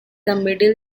middle